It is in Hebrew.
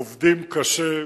עובדים קשה,